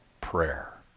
prayer